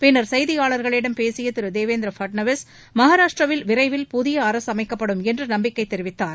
பின்னர் செய்தியாளர்களிடம் பேசிய திரு தேவேந்திர ஃபட்னாவிஸ் மகாராஷ்டிராவில் விரைவில் புதிய அரசு அமைக்கப்படும் என்று நம்பிக்கை தெரிவித்தார்